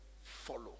Follow